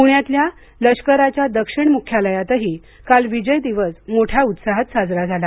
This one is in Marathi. पुण्यातल्या लष्कराच्या दक्षिण मुख्यालयातही काल विजय दिवस मोठ्या उत्साहात साजरा झाला